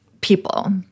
people